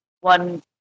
one